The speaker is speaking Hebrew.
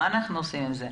מה אנחנו עושים עם זה?